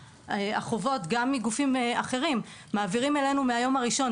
שהחובות גם מגופים אחרים מועברים אלינו מן היום הראשון,